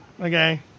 Okay